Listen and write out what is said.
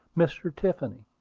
mr. tiffany.